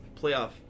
playoff